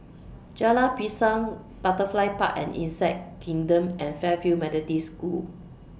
Jalan Pisang Butterfly Park and Insect Kingdom and Fairfield Methodist School